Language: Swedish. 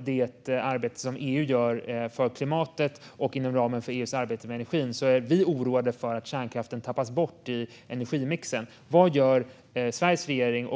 det arbete som EU gör för klimatet och inom ramen för EU:s arbete med energin är vi oroade för att kärnkraften tappas bort i energimixen. Vad gör Sveriges regering?